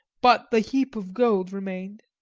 but the heap of gold remained.